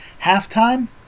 halftime